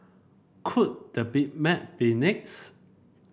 could the Big Mac be next